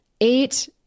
eight